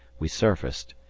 we surfaced,